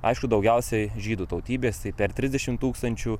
aišku daugiausiai žydų tautybės tai per trisdešimt tūkstančių